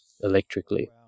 electrically